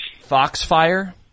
Foxfire